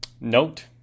note